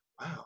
wow